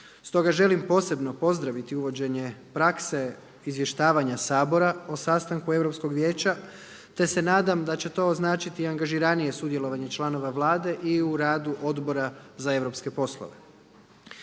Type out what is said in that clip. Stoga želim posebno pozdraviti uvođenje prakse izvještavanja Sabora o sastanku Europskog vijeća te se nadam da će to značiti i angažiranije sudjelovanje članova Vlade i u radu Odbora za europske poslove.